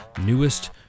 newest